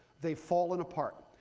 they've fallen apart.